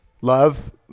love